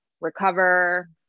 recover